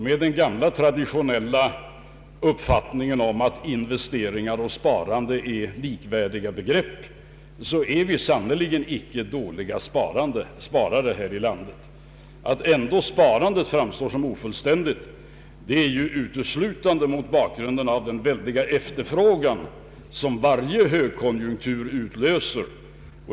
Med den gamla traditionella uppfattningen att investeringar och sparande är likvärdiga begrepp är vi sannerligen inte dåliga sparare här i landet. Det för hållandet att sparandet ändå framstår som ofullständigt beror uteslutande på att det ses mot bakgrunden av den väldiga efterfrågan som varje högkonjunktur utlöser.